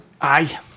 Aye